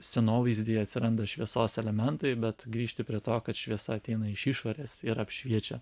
scenovaizdyje atsiranda šviesos elementai bet grįžti prie to kad šviesa ateina iš išorės ir apšviečia